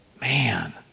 man